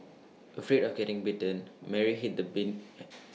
afraid of getting bitten Mary hid the bin